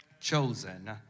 Chosen